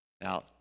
now